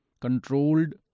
controlled